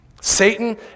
Satan